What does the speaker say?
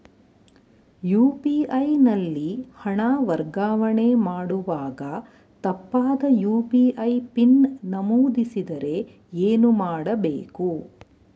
UPI ನಲ್ಲಿ ಹಣ ವರ್ಗಾವಣೆ ಮಾಡುವಾಗ ತಪ್ಪಾದ ಯು.ಪಿ.ಐ ಪಿನ್ ನಮೂದಿಸಿದರೆ ಏನು ಮಾಡಬೇಕು?